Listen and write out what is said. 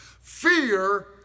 Fear